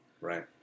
right